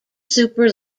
super